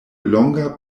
longa